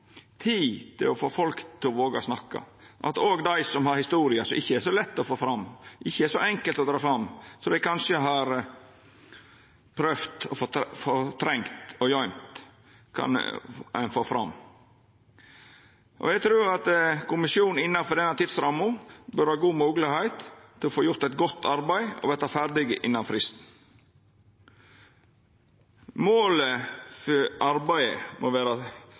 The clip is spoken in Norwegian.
tid til å få folk til å våga å snakka, at òg dei som har historier som ikkje er så lette å få fram, ikkje er så enkle å dra fram – som dei kanskje har prøvd å fortrengja og gøyma – kan ein få fram. Eg trur at kommisjonen innanfor denne tidsramma bør ha god moglegheit til å få gjort eit godt arbeid og verta ferdig innan fristen. Målet for arbeidet må vera